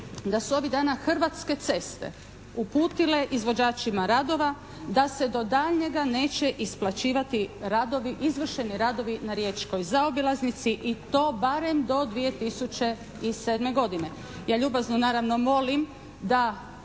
da su ovih dana Hrvatske ceste uputile izvođačima radova da se do daljnjega neće isplaćivati radovi, izvršeni radovi na riječkoj zaobilaznici i to barem do 2007. godine. Ja ljubazno naravno molim da